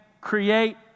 create